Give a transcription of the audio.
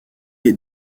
est